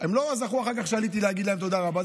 הם לא זכרו שאחר כך עליתי להגיד להם תודה רבה,